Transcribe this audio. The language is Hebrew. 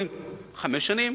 חמש שנים.